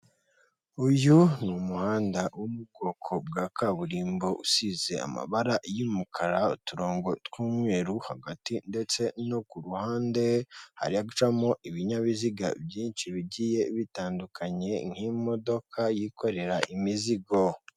Uyu ni umuhanda wo mubwoko bwa kaburimbo usize amabara y'umukara, uturongo tw'umweru hagati ndetse no ku ruhande haracamo ibinyabiziga byinshi bigiye bitandukanye nk'imodoka yikorera imizigo,